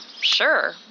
sure